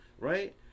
right